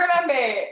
remember